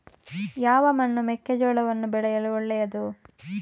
ಯಾವ ಮಣ್ಣು ಮೆಕ್ಕೆಜೋಳವನ್ನು ಬೆಳೆಯಲು ಒಳ್ಳೆಯದು?